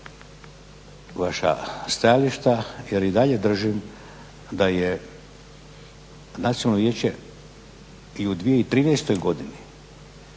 vaša stajališta jer i dalje držim da je Nacionalno vijeće i u 2013. godini